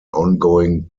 ongoing